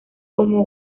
como